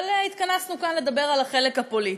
אבל התכנסנו כאן לדבר על החלק הפוליטי.